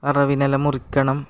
വറവിനെല്ലാം മുറിക്കണം